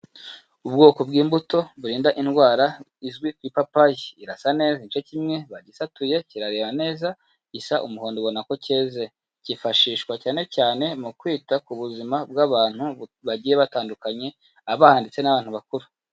Ubwoko bw'imbuto burinda indwara izwi ipapayi, irasa neza igice kimwe bagisatuye kirareba neza gisa umuhondo ubona ko keze, kifashishwa cyane cyane mu kwita ku buzima bw'abantu bu bagiye batandukanye, abana, ndetse n'abantu bakuru.